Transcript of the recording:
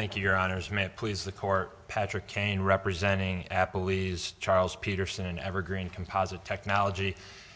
thank you your honors minute please the court patrick kane representing appleby's charles peterson evergreen composite technology